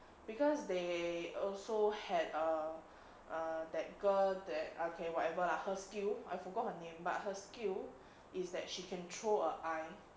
because they also had a err err that girl that okay whatever lah her skill I forgot her name but her skill is that she can throw a eye